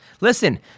listen